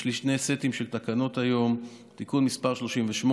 יש לי שני סטים של תקנות היום: תיקון מס' 38,